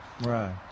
Right